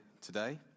today